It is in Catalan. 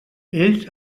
ells